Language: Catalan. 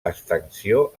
extensió